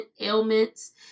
ailments